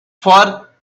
for